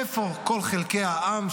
איפה כל חלקי העם,